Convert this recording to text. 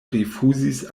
rifuzis